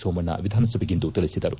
ಸೋಮಣ್ಣ ವಿಧಾನಸಭೆಗಿಂದು ತಿಳಿಸಿದರು